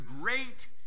great